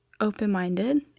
open-minded